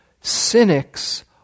cynics